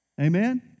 Amen